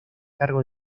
cargo